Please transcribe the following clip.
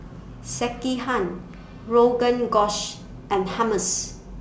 Sekihan Rogan Gosh and Hummus